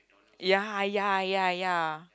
ya ya ya ya